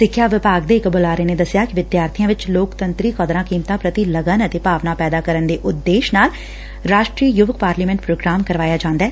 ਸਿੱਖਿਆ ਵਿਭਾਗ ਦੇ ਇੱਕ ਬੁਲਾਰੇ ਨੇ ਦੱਸਿਆ ਕਿ ਵਿਦਿਆਰਥੀਆਂ ਵਿੱਚ ਲੋਕਤੰਤਰੀ ਕਦਰਾਂ ਕੀਮਤਾ ਪੁਤੀ ਲਗਨ ਅਤੇ ਭਾਵਨਾ ਪੈਦਾ ਕਰਨ ਦੇ ਉਦੇਸ਼ ਨਾਲ ਰਾਸ਼ਟਰੀ ਯੁਵਕ ਪਾਰਲੀਮੈਂਟ ਪ੍ਰੋਗਰਾਮ ਕਰਵਾਇਆ ਜਾਂਦੈ